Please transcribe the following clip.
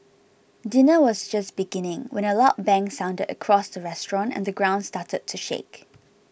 dinner was just beginning when a loud bang sounded across the restaurant and the ground started to shake